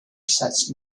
such